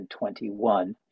2021